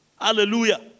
Hallelujah